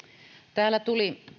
täällä tuli